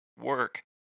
work